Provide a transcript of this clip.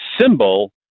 symbol